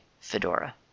Fedora